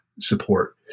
support